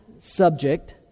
subject